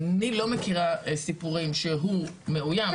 אני לא מכירה סיפורים שהוא מאויים.